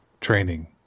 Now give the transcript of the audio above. training